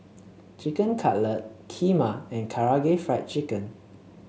Chicken Cutlet Kheema and Karaage Fried Chicken